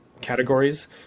categories